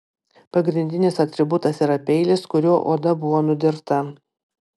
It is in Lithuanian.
pagrindinis atributas yra peilis kuriuo oda buvo nudirta